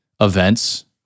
events